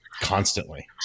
constantly